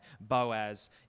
Boaz